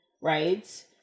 right